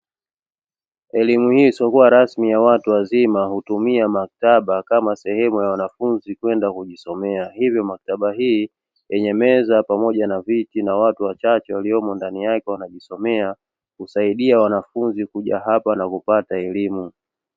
Elimu hii isiokuwa rasmi ya watu wazima hutumia maktaba kama sehemu ya wanafunzi kwenda kujisomea, hivyo maktaba hii yenye meza pamoja na viti na watu wachache waliomo ndani yake wanajisomea, husaidia wanafunzi kuja hapa na kupata elimu.